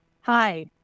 hi